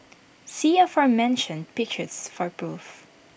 see aforementioned pictures for proof